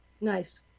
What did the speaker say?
Nice